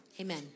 Amen